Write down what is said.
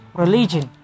religion